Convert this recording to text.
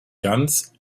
ganz